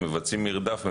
מבצעים מרדף,